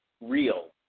real